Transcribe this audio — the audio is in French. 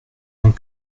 long